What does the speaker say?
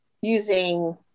using